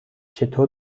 چطور